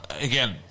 again